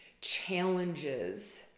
challenges